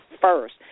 first